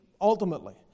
ultimately